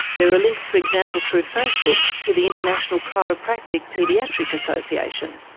there are links, for example, through facebook to the international chiropractic paediatric association.